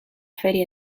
feria